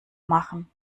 machen